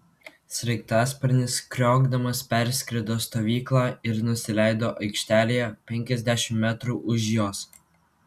sraigtasparnis kriokdamas perskrido stovyklą ir nusileido aikštelėje penkiasdešimt metrų už jos